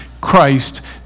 Christ